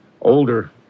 older